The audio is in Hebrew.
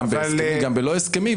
גם בהסכמי וגם בלא הסכמי,